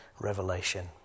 revelation